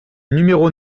numéro